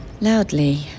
Loudly